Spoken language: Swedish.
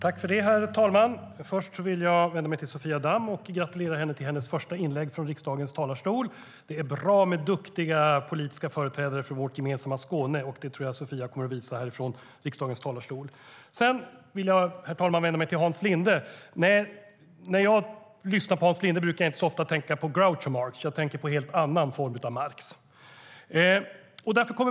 Herr talman! Först vill jag vända mig till Sofia Damm och gratulera henne till hennes första inlägg från riksdagens talarstol. Det är bra med duktiga politiska företrädare för vårt gemensamma Skåne, och det tror jag att Sofia kommer att visa härifrån riksdagens talarstol. Herr talman! Sedan vill jag vända mig till Hans Linde. När jag lyssnar på Hans Linde brukar jag inte så ofta tänka på Groucho Marx. Jag tänker på en helt annan Marx.